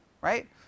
right